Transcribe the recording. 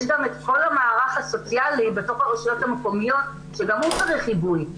יש גם את כל המערך הסוציאלי בתוך הרשויות המקומיות שגם הוא צריך עיבוי.